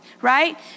right